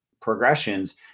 progressions